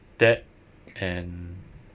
that and